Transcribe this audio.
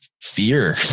fear